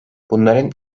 bunların